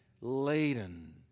laden